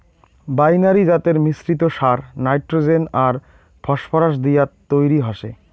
binary জাতের মিশ্রিত সার নাইট্রোজেন আর ফসফরাস দিয়াত তৈরি হসে